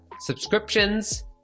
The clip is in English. Subscriptions